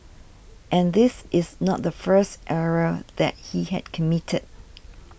and this is not the first error that he had committed